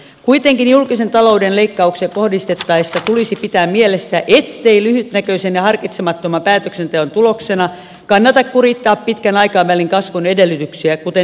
kuitenkin julkisen talouden leikkauksia kohdistettaessa tulisi pitää mielessä ettei lyhytnäköisen ja harkitsemattoman päätöksenteon tuloksena kannata kurittaa pitkän aikavälin kasvun edellytyksiä kuten esimerkiksi koulutusta